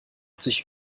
sich